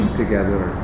together